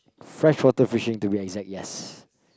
fresh water fishing to be exact yes